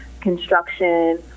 construction